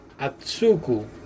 Atsuku